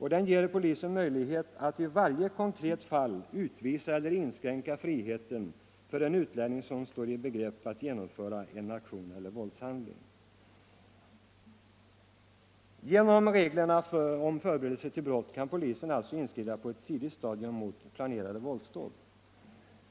§ polisen möjlighet att i varje konkret fall utvisa — den s.k. terrorist —- eller inskränka friheten för — den utlänning som står i begrepp att — lagen genomföra en aktion eller våldshandling. Genom reglerna om förberedelse till brott kan polisen alltså inskrida på ett tidigt stadium mot planerade våldsdåd.